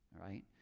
right